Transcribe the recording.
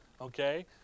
Okay